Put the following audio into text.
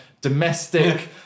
domestic